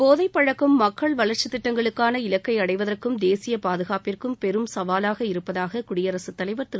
போதை பழக்கம் மக்கள் வளா்ச்சித் திட்டங்களுக்கான இலக்கை அடைவதற்கும் தேசிய பாதுகாப்பிற்கும் பெரும் சவாலாக இருப்பதாக குடியரசுத் தலைவா் திரு